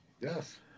Yes